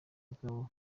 bw’abo